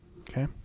Okay